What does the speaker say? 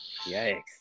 Yikes